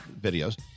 videos